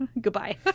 goodbye